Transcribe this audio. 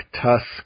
Tusk